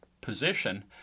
position